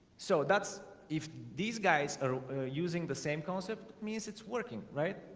so that's if these guys are using the same concept means it's working right